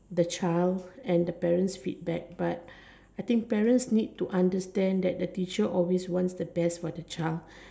the child and the parent's feedback but I think parents need to understand that the teacher always wants the best for the child